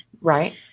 Right